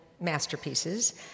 masterpieces